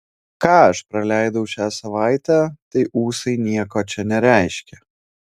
ką aš praleidau šią savaitę tai ūsai nieko čia nereiškia